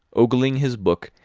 ogling his book,